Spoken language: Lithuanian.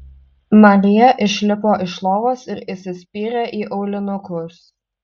marija išlipo iš lovos ir įsispyrė į aulinukus